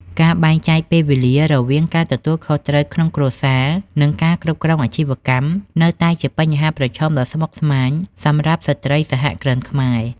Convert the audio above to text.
ការបែងចែកពេលវេលារវាងការទទួលខុសត្រូវក្នុងគ្រួសារ និងការគ្រប់គ្រងអាជីវកម្ម នៅតែជាបញ្ហាប្រឈមដ៏ស្មុគស្មាញសម្រាប់ស្ត្រីសហគ្រិនខ្មែរ។